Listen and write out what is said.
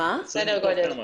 סדר גודל.